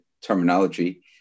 terminology